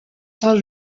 saint